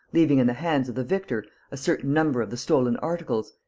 leaving in the hands of the victor a certain number of the stolen articles,